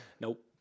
Nope